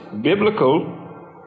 biblical